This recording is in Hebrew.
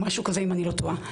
משהו כזה אם אני לא טועה,